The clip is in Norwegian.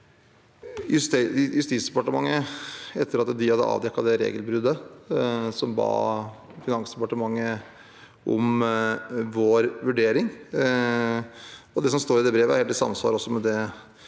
Justisdepartementet som etter at de hadde avdekket det regelbruddet, ba om Finansdepartementets vurdering. Det som står i det brevet, er helt i samsvar med det